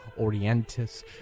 Orientis